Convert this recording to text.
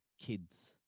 kids